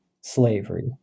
slavery